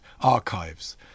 archives